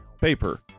paper